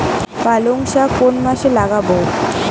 পালংশাক কোন মাসে লাগাব?